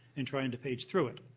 and trying to page through it.